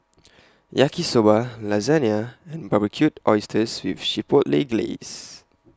Yaki Soba Lasagna and Barbecued Oysters with Chipotle Glaze